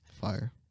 Fire